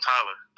Tyler